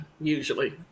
usually